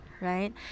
right